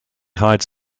hides